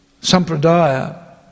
sampradaya